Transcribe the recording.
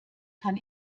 kann